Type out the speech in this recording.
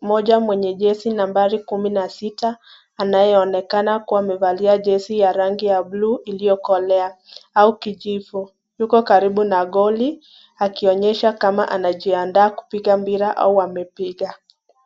moja mwenye jezi nambari kumi na sita anayeonekana kuwa amevalia jezi ya rangi ya blue iliyokolea au kijivu yuko karibu na goli akionyesha kama anajiandaa kupiga mpira au amepiga.